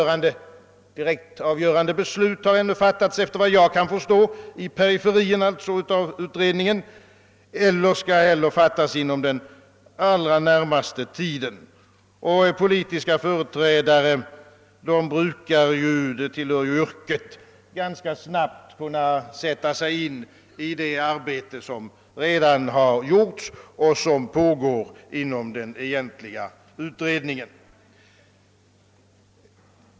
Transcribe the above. Inga direkt avgörande beslut har, efter vad jag kan förstå, ännu fattats av utredningen och skall inte heller fattas inom den allra närmaste tiden. Politiska företrädare brukar, det tillhör ju yrket, ganska snabbt kunna sätta sig in i det arbete som redan har gjorts och som pågår inom den egentliga utredningen.